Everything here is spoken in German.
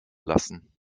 lassen